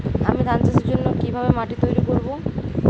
আমি ধান চাষের জন্য কি ভাবে মাটি তৈরী করব?